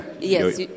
Yes